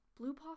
Bluepaw